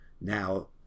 now